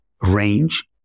Range